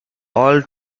all